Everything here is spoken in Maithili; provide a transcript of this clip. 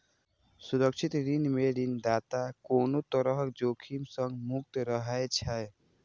सुरक्षित ऋण मे ऋणदाता कोनो तरहक जोखिम सं मुक्त रहै छै